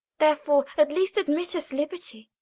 therefore at least admit us liberty,